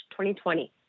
2020